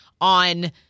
on